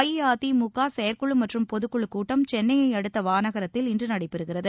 அஇஅதிமுக செயற்குழு மற்றும் பொதுக்குழு கூட்டம் சென்னையை அடுத்த வானகரத்தில் இன்று நடைபெறுகிறது